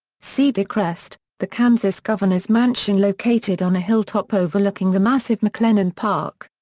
cedar crest, the kansas governor's mansion located on a hilltop overlooking the massive maclennan park.